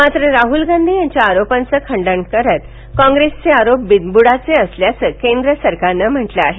मात्र राहुल गांधी यांच्या आरोपांचं खंडण करत कॉंग्रेसचे आरोप बिनबुडाचे असल्याचं केंद्र सरकारनं म्हटलं आहे